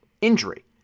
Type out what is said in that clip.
injury